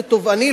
זה תובעני,